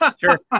sure